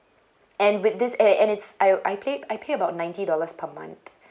and with this an~ and it's I I pay I pay about ninety dollars per month